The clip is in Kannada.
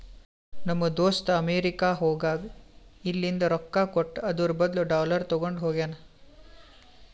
ನಮ್ ದೋಸ್ತ ಅಮೆರಿಕಾ ಹೋಗಾಗ್ ಇಲ್ಲಿಂದ್ ರೊಕ್ಕಾ ಕೊಟ್ಟು ಅದುರ್ ಬದ್ಲು ಡಾಲರ್ ತಗೊಂಡ್ ಹೋಗ್ಯಾನ್